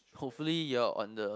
hopefully you're on the